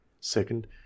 Second